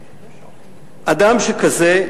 אדם שכזה,